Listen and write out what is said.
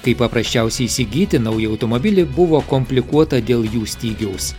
kai paprasčiausiai įsigyti naują automobilį buvo komplikuota dėl jų stygiaus